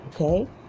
Okay